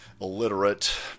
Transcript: Illiterate